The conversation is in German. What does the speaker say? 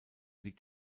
liegt